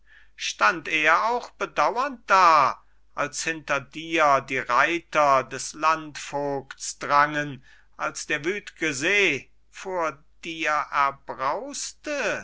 stand er auch bedauernd da als hinter dir die reiter des landvogts drangen als der wüt'ge see vor dir